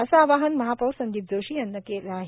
असे आवाहन महापौर संदीप जोशी यांनी केले आहे